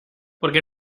porque